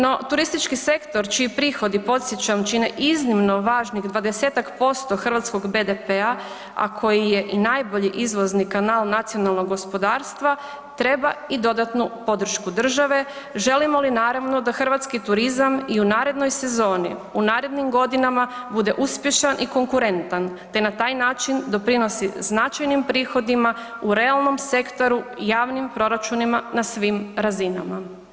No, turistički sektor čiji prihodi podsjećam, čine iznimno važnih 20-ak posto hrvatskog BDP-a a koji je i najbolji izvozni kanal nacionalnog gospodarstva, treba i dodatnu podršku države želimo li naravno da hrvatski turizam i u narednoj sezoni, u narednim godinama bude uspješan i konkurentan te na taj način doprinosi značajnim prihodima u realnom sektoru i javnim proračunima na svim razinama.